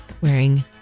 Wearing